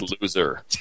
loser